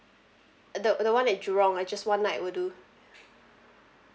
the the one at jurong just one night will do